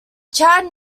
chad